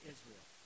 Israel